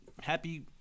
Happy